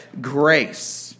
grace